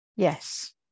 yes